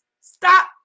Stop